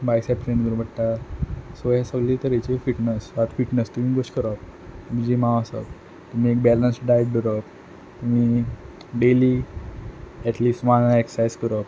bicep train करूं पडटा सो हे सगले तेरेचे फिटनस फिटनस तुंयन कश करप जिमा वोसप आनी बॅलन्स्ड डायट दोवरप आनी daily athletics one or exercise करप